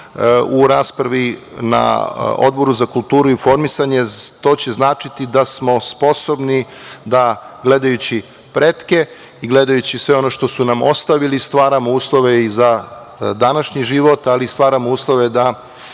u raspravi na Odboru za kulturu i informisanje, to će značiti da smo sposobni gledajući pretke, gledajući sve ono što su nam ostavili stvaramo uslove za današnji život, ali i stvaramo uslove da